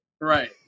Right